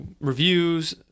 reviews